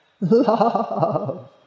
love